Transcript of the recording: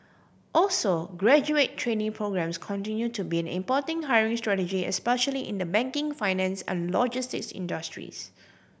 also graduate trainee programmes continue to be importanting hiring strategy especially in the banking finance and logistics industries